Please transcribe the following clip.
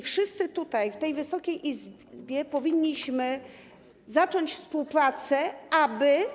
Wszyscy tutaj, w tej Wysokiej Izbie, powinniśmy zacząć współpracę, aby.